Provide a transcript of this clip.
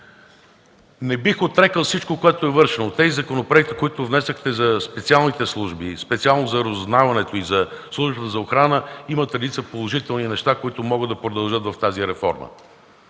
Не бих отрекъл всичко, което е вършено – тези законопроекти, които внесохте за специалните служби, специално за разузнаването и за службата за охрана имат редица положителни неща, които могат да се продължат с тази реформа,